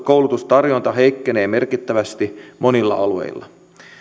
koulutustarjonta heikkenee merkittävästi monilla alueilla